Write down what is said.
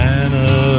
Anna